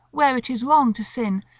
where it is wrong to sin,